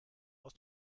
aus